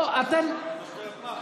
מה אתה רוצה ממני,